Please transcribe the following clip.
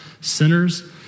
sinners